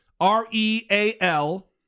R-E-A-L